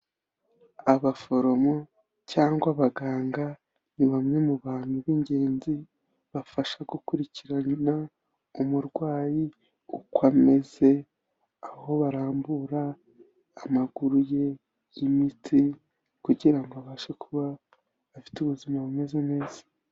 Abaforomo cyangwa abaganga ni bamwe mu bantu b'ingenzi, bafasha gukurikirana umurwayi uko ameze, aho barambura amaguru ye y'imitsi, kugirango ngo abashe kuba afite ubuzima bumeze neza.